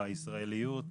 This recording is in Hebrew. בישראליות,